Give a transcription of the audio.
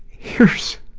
here's